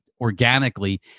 organically